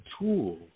tool